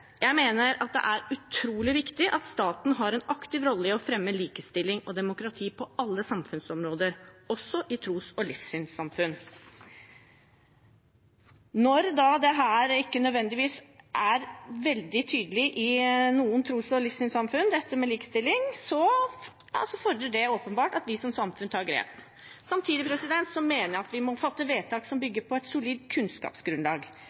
Jeg mener det er utrolig viktig at staten har en aktiv rolle i å fremme likestilling og demokrati på alle samfunnsområder, også i tros- og livssynssamfunn. Når dette med likestilling ikke nødvendigvis er veldig tydelig i noen tros- og livssynssamfunn, fordrer det åpenbart at vi som samfunn tar grep. Samtidig mener jeg at vi må fatte vedtak som bygger på et solid kunnskapsgrunnlag.